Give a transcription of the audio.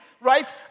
Right